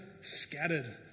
scattered